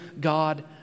God